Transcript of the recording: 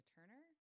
Turner